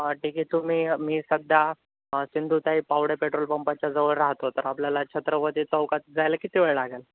हा ठीक आहे तुम्ही मी सध्या सिंधुताई पावडे पेट्रोल पंपाच्याजवळ राहतो तर आपल्याला छत्रपती चौकात जायला किती वेळ लागेल